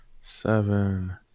Seven